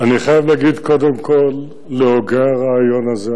אני חייב להגיד קודם כול להוגי הרעיון הזה,